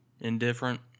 indifferent